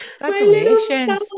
Congratulations